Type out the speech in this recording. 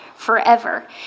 Forever